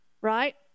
Right